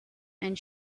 and